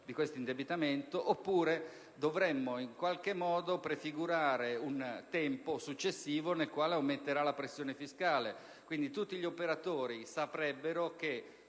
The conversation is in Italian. di questo indebitamento, oppure dovremmo prefigurare un tempo successivo nel quale aumenterà la pressione fiscale, quindi tutti gli operatori saprebbero che